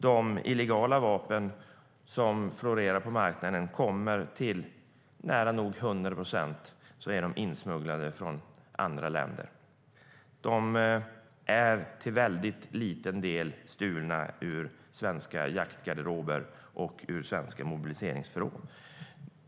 De illegala vapen som florerar på marknaden är till nästan 100 procent insmugglade från andra länder. En mycket liten del av dem är stulna ur svenska jaktgarderober och ur svenska mobiliseringsförråd.